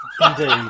Indeed